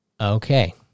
Okay